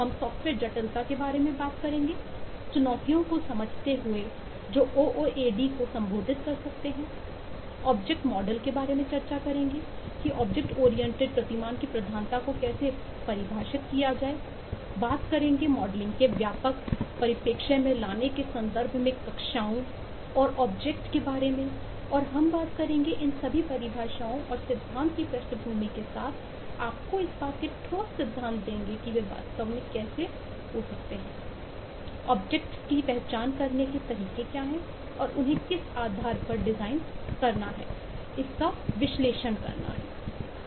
हम सॉफ्टवेयर जटिलता के बारे में बात करेंगे चुनौतियों को समझते हुए जो ओओएडी को संबोधित कर सकते हैं ऑब्जेक्ट मॉडल के बारे में चर्चा करेंगे कि ऑब्जेक्ट ओरिएंटेड प्रतिमान की प्रधानता को कैसे परिभाषित किया जाए बात करेंगे मॉडलिंग के व्यापक परिप्रेक्ष्य में लाने के संदर्भ में कक्षाओं और वस्तुओं के बारे में और हम बात करेंगे इन सभी परिभाषाओं और सिद्धांत की पृष्ठभूमि के साथ आपको इस बात के ठोस सिद्धांत देंगे कि वे वास्तव में कैसे हो सकते हैं वस्तुओं की पहचान करने के तरीके क्या हैं और उन्हेंकिस आधार पर डिजाइन करना है इसका विश्लेषण करना है